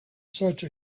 such